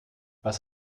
was